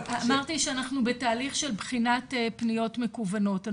--- אמרתי שאנחנו בתהליך של בחינת פניות מקוונות.